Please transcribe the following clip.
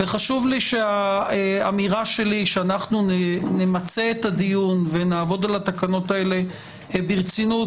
חשוב לי שהאמירה שלי שנמצה את הדיון ונעבוד על התקנות האלה ברצינות,